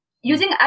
Using